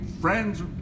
friends